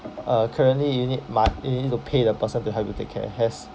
uh currently you need mo~ you need to pay the person to have to take care has